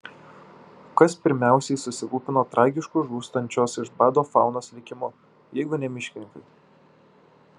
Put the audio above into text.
kas pirmiausiai susirūpino tragišku žūstančios iš bado faunos likimu jeigu ne miškininkai